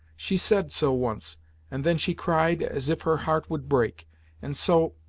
she said so once and then she cried as if her heart would break and, so,